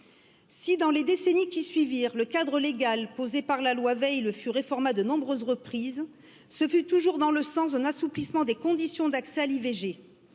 si dans les décennies qui suivirent le cadre légal posé weill fut réformé à de nombreuses reprises ce fut toujours dans le sens d'un assouplissement des conditions d'accès à l'ivg